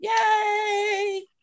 Yay